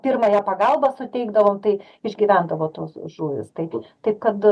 pirmąją pagalbą suteikdavom tai išgyvendavo tos žuvys taibūt taip kad